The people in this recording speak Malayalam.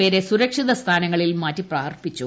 പേരെ സുരക്ഷിത സ്ഥാനങ്ങളിൽ മാറ്റിപാർപ്പിച്ചു